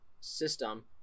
system